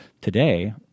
today